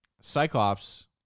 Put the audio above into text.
Cyclops